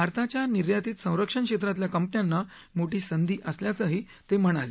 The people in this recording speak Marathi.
भारताच्या निर्यातीत संरक्षण क्षेत्रातल्या कंपन्याना मोठी संधी असल्याचंही ते म्हणाले